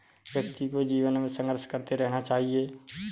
व्यक्ति को जीवन में संघर्ष करते रहना चाहिए